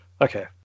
Okay